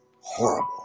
horrible